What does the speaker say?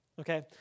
okay